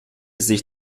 sich